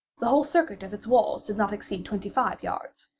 the whole circuit of its walls did not exceed twenty-five yards.